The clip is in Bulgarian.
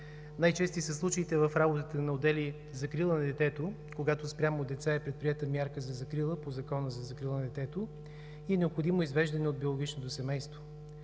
Най-чести са случаите в работата на отдели „Закрила на детето“, когато спрямо деца е предприета мярка за закрила по Закона за закрила на детето и необходимо извеждане от биологичното семейство.